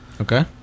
Okay